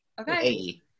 Okay